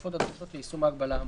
נוספות הדרושות ליישום ההגבלה האמורה.